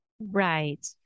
Right